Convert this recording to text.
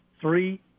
three